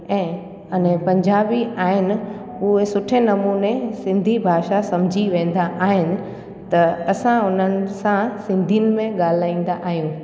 ऐं अने पंजाबी आहिनि उहे सुठे नमूने सिंधी भाषा सम्झी वेंदा आहिनि त असां उन्हनि सां सिंधी में ॻाल्हाईंदा आहियूं